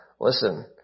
listen